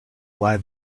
lie